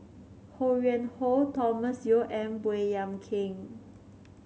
Ho Yuen Hoe Thomas Yeo and Baey Yam Keng